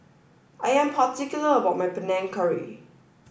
I am particular about my Panang Curry